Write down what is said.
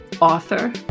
author